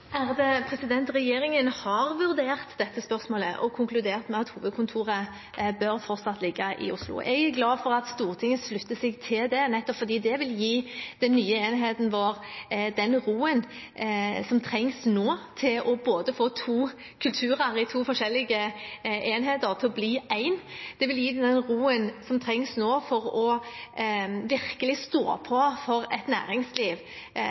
Regjeringen har vurdert dette spørsmålet og konkludert med at hovedkontoret fortsatt bør ligge i Oslo. Jeg er glad for at Stortinget slutter seg til det, nettopp fordi det vil gi den nye enheten vår den roen som trengs nå til å få to kulturer i to forskjellige enheter til å bli én. Det vil gi dem den roen som trengs nå for virkelig å stå på for et næringsliv